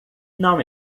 não